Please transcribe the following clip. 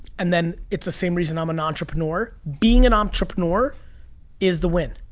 and then it's the same reason i'm an entrepreneur. being an entrepreneur is the win.